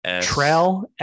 trail